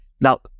Now